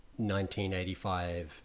1985